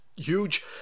huge